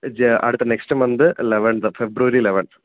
അടുത്ത next month eleventh February eleventh